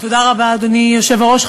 אדוני היושב-ראש,